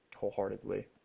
wholeheartedly